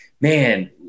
man